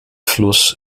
fluss